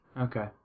Okay